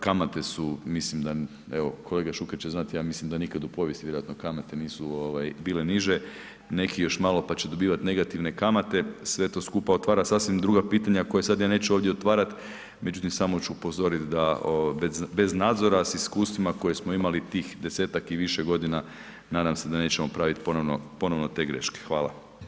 Kamate su evo, kolega Šuker će znat, ja mislim da nikad u povijesti vjerojatno kamate nisu bile niže, neki još malo pa će dobivati negativne kamate, sve to skupa otvara sasvim druga pitanja koja sad ja neću ovdje otvarati, međutim samo ću upozoriti da bez nadzora s iskustvima koje smo imali tih 10-ak i više godina, nadam se da nećemo praviti ponovno te greške, hvala.